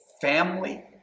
Family